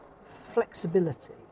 flexibility